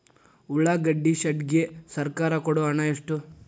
ಉಳ್ಳಾಗಡ್ಡಿ ಶೆಡ್ ಗೆ ಸರ್ಕಾರ ಕೊಡು ಹಣ ಎಷ್ಟು?